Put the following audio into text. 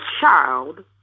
child